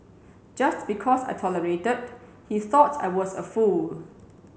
just because I tolerated he thought I was a fool